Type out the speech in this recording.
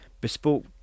bespoke